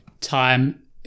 time